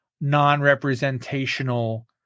non-representational